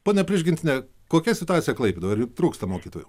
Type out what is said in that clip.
ponia prižgintiene kokia situacija klaipėdoj ar jum trūksta mokytojų